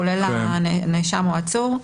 כולל הנאשם או העצור.